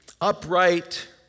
upright